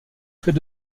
fait